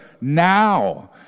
now